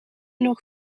nog